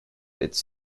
its